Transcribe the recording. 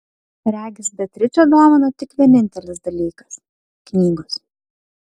regis beatričę domino tik vienintelis dalykas knygos